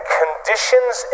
conditions